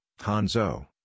Hanzo